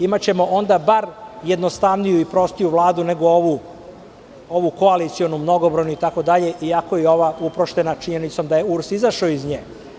Imaćemo onda bar jednostavniju i prostiju Vladu nego ovu koalicionu, mnogobrojnu itd, iako je ova uprošćena činjenicom da je URS izašao iz nje.